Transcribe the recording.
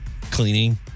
Cleaning